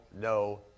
no